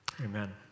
Amen